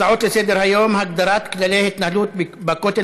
הצעות לסדר-היום בנושא: הגדרת כללי התנהלות בכותל